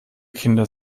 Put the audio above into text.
kinder